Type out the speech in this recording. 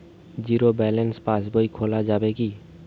Zero balance pass বই খোলা যাবে কি?